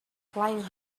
flying